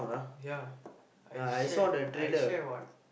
ya I share I share what